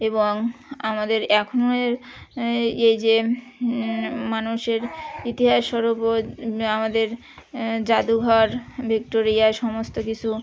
এবং আমাদের এখনের এই যে মানুষের ইতিহাস স্বরূপ ও আমাদের জাদুঘর ভিক্টোরিয়া এ সমস্ত কিছু